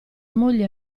moglie